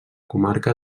comarca